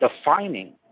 defining